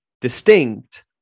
distinct